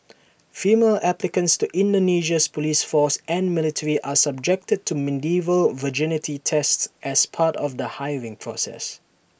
female applicants to Indonesia's Police force and military are subjected to medieval virginity tests as part of the hiring process